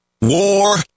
War